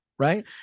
Right